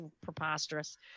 preposterous